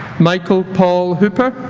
michael paul hooper